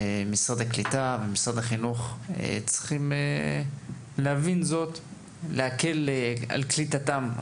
משרד הקליטה ומשרד החינוך צריכים להבין זאת ולהקל על קליטתם.